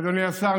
אדוני השר,